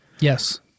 yes